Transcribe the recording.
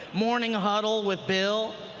morning huddle with bill.